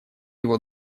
его